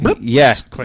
yes